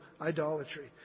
idolatry